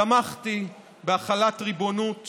תמכתי בהחלת ריבונות